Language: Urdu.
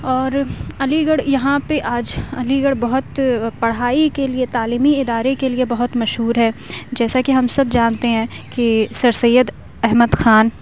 اور علی گڑھ یہاں پہ آج علی گڑھ بہت پڑھائی کے لیے تعلیمی ادارے کے لیے بہت مشہور ہے جیسا کہ ہم سب جانتے ہیں کہ سر سید احمد خان